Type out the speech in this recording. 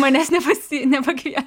manęs nepasi nepakvie